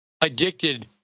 addicted